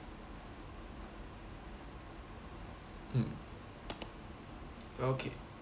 mm okay